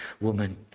woman